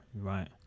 right